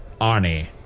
Arnie